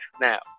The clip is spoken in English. now